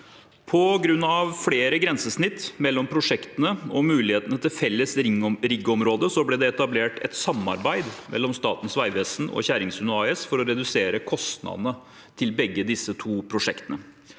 På grunn av flere grensesnitt mellom prosjektene og mulighetene til felles riggområde ble det etablert et samarbeid mellom Statens vegvesen og Kjerringsundet AS for å redusere kostnadene i begge prosjektene.